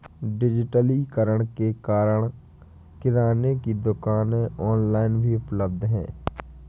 डिजिटलीकरण के कारण किराने की दुकानें ऑनलाइन भी उपलब्ध है